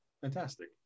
fantastic